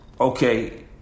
Okay